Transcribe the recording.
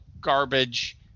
garbage